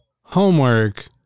homework